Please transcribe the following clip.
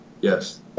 yes